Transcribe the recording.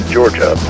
Georgia